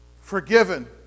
forgiven